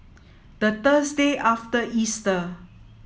the Thursday after Easter